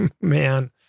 Man